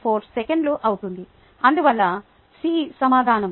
4 సెకన్లు అవుతుంది అందువల్ల సి సమాధానం